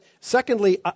secondly